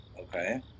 Okay